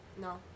No